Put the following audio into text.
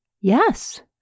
Yes